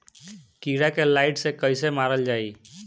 कीड़ा के लाइट से कैसे मारल जाई?